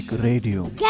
Radio